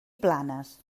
planes